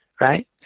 right